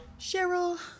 Cheryl